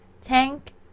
Tank